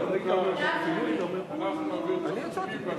לא תצליחו לגבות את, אנחנו נעביר תקציבים,